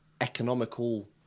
economical